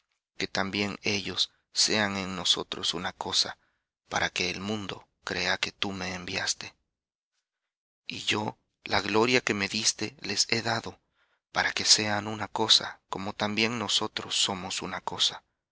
que también ellos sean en nosotros una cosa para que el mundo crea que tú me enviaste y yo la gloria que me diste les he dado para que sean una cosa como también nosotros somos una cosa